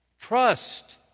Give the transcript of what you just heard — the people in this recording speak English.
Trust